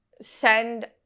send